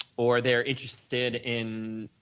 or they are interested in,